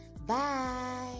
Bye